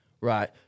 Right